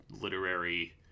literary